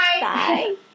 Bye